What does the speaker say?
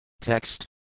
Text